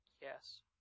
Yes